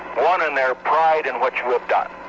one in their pride in what you have done,